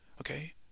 okay